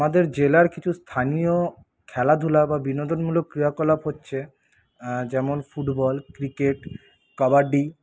আমাদের জেলার কিছু স্থানীয় খেলাধুলা বা বিনোদনমূলক ক্রিয়াকলাপ হচ্ছে যেমন ফুটবল ক্রিকেট কাবাডি